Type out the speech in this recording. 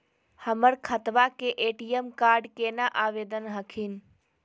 हमर खतवा के ए.टी.एम कार्ड केना आवेदन हखिन?